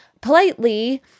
politely